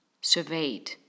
surveyed